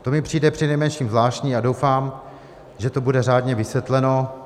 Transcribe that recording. To mi přijde přinejmenším zvláštní a doufám, že to bude řádně vysvětleno.